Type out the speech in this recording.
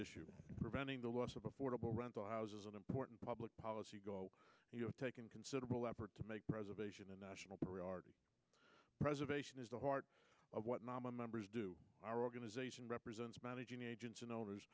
issue preventing the loss of affordable rental houses an important public policy goal you have taken considerable effort to make preservation a national preservation is the heart of what mamma members do our organization represents managing agents and elders